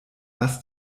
was